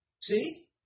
See